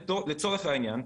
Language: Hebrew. לצורך העניין,